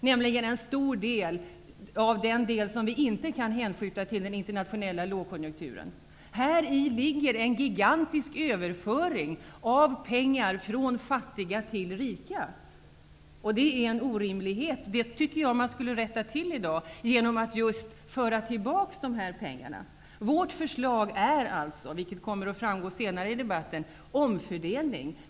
Det är en stor del av underskottet som inte kan hänförs till den internationella lågkonjunkturen. Häri ligger en gigantisk överföring av pengar från fattiga till rika. Det är en orimlighet. Det tycker jag att man skall rätta till i dag genom att föra tillbaka pengarna. Vårt förslag är alltså, vilket kommer att framgå senare i debatten, omfördelning.